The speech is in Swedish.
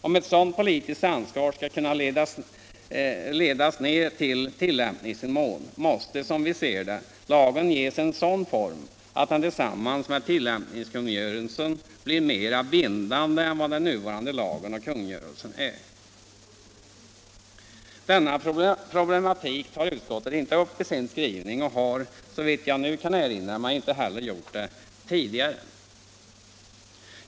Om ett sådant politiskt ansvar skall kunna ledas ner till tillämpningsnivån måste, som vi ser det, lagen ges en sådan form att den tillsammans med tillämpningskungörelse blir mera bindande än den nuvarande lagen och kungörelsen är. Denna problematik tar utskottet inte upp i sin skrivning och har, såvitt jag nu kan erinra mig, inte heller gjort det tidigare.